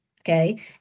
Okay